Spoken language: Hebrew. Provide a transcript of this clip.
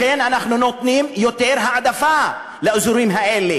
לכן אנחנו נותנים יותר העדפה לאזורים האלה